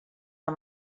amb